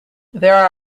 there